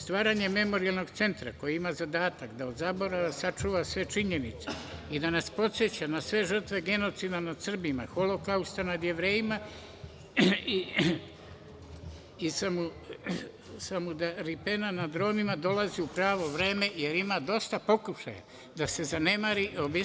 Stvaranjem Memorijalnog centra koji ima zadatak da od zaborava sačuva sve činjenice i da nas podseća na sve žrtve genocida nad Srbima, Holokausta nad Jevrejima i …. nad Romima, dolazi u pravo vreme jer ima dosta pokušaja da se zanemari i